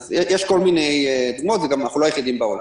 יש כל מיני צורות ואנחנו לא היחידים בעולם.